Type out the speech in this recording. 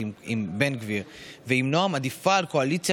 כל אדם ובכל מקום,